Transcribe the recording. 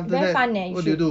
very fun eh you should